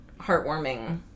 heartwarming